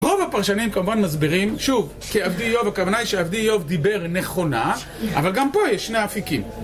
רוב הפרשנים כמובן מסבירים, שוב, כי עבדי איוב, הכוונה היא שעבדי איוב דיבר נכונה, אבל גם פה יש שני אפיקים.